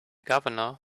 governor